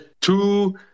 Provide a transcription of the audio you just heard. two